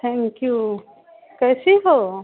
thank you कैसी हो